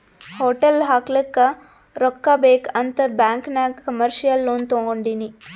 hotel ಹಾಕ್ಲಕ್ ರೊಕ್ಕಾ ಬೇಕ್ ಅಂತ್ ಬ್ಯಾಂಕ್ ನಾಗ್ ಕಮರ್ಶಿಯಲ್ ಲೋನ್ ತೊಂಡಿನಿ